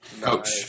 Coach